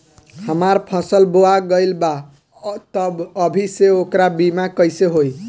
हमार फसल बोवा गएल बा तब अभी से ओकर बीमा कइसे होई?